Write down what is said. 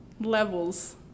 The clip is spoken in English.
levels